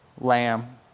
lamb